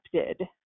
accepted